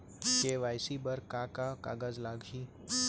KYC बर का का कागज लागही?